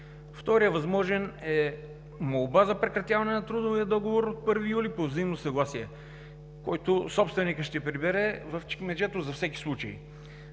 Вторият възможен е: молба за прекратяване на трудовия договор от 1 юли по взаимно съгласие, който собственикът ще прибере в чекмеджето за всеки случай.